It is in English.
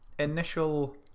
initial